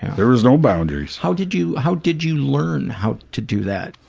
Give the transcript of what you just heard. there was no boundaries. how did you, how did you learn how to do that?